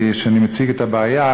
אני מציג את הבעיה,